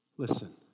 Listen